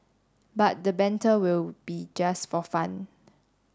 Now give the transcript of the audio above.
but the banter will be just for fun